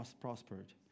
prospered